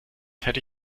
hätte